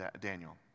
Daniel